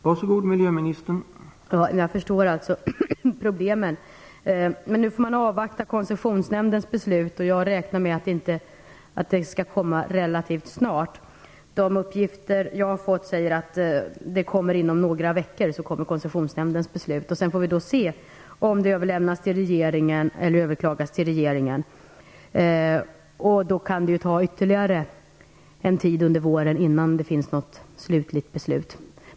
Herr talman! Jag förstår problemen. Men nu får vi avvakta Koncessionsnämndens beslut. Jag räknar med att det skall komma relativt snart. De uppgifter jag har fått säger att Koncessionsnämnden skall fatta beslut om några veckor. Då får vi se om ärendet överklagas till regeringen. Då kan det ta ytterligare en tid under våren innan det finns ett slutligt beslut.